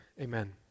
amen